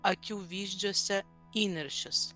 akių vyzdžiuose įniršis